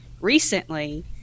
recently